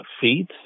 feet